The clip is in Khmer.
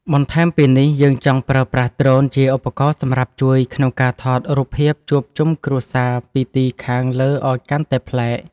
បន្ថែមពីនេះ យើងចង់ប្រើប្រាស់ដ្រូនជាឧបករណ៍សម្រាប់ជួយក្នុងការថតរូបភាពជួបជុំគ្រួសារពីទីខាងលើឱ្យកាន់តែប្លែក។